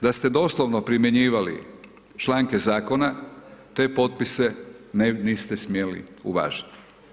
Da ste doslovno primjenjivali članke zakona te potpise niste smjeli uvažiti.